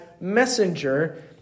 messenger